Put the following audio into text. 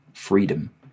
freedom